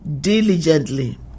diligently